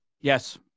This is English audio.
Yes